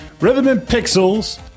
Rhythmandpixels